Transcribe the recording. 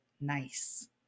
nice